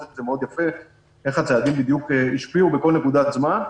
מאוד יפה איך הצעדים השפיעו בכל נקודת זמן,